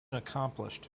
accomplished